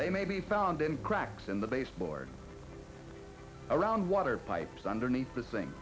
they may be found in cracks in the baseboard around water pipes underneath the s